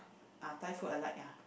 ah Thai food I like ya